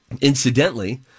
Incidentally